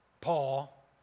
Paul